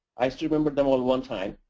i should remember them all one time,